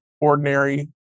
ordinary